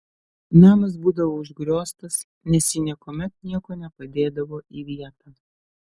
namas būdavo užgrioztas nes ji niekuomet nieko nepadėdavo į vietą